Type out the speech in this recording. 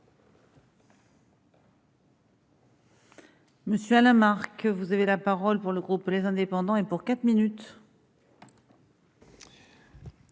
Merci